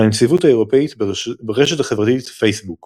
הנציבות האירופית, ברשת החברתית פייסבוק